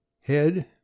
Head